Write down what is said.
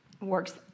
works